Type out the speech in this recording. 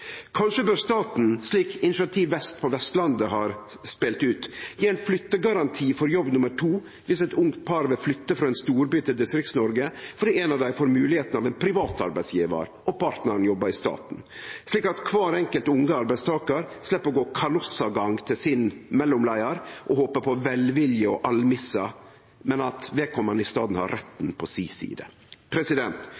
Kanskje bør staten, slik Initiativ Vest på Vestlandet har spelt ut, gje ein flyttegaranti for jobb nummer to viss eit ungt par vil flytte frå ein storby til Distrikts-Noreg fordi ein av dei får moglegheit av ein privat arbeidsgjevar, og partneren jobbar i staten. Slik slepp kvar enkelt unge arbeidstakar å gå kanossagang til mellomleiaren sin og håpe på velvilje og almisse, vedkomande har i staden